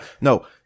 no